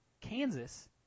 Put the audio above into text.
Kansas